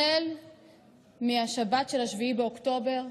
החל משבת 7 באוקטובר,